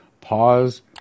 Pause